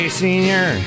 senior